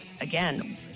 again